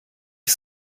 ich